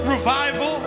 Revival